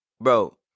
bro